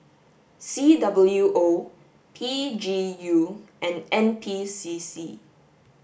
C W O P G U and N P C C